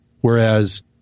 Whereas